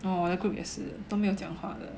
oh 我的 group 也是都没有讲话的